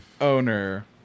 Owner